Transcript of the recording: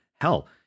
hell